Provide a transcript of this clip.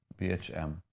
BHM